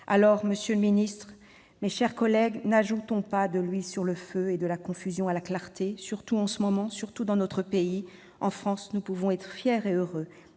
Alors, monsieur le ministre, mes chers collègues, n'ajoutons pas de l'huile sur le feu et de la confusion à la clarté, surtout en ce moment. En France, nous pouvons être fiers et heureux